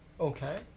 Okay